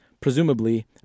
Presumably